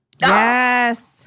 Yes